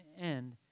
end